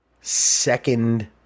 second